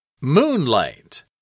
Moonlight